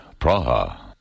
Praha